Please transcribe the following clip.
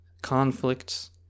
conflicts